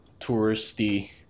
touristy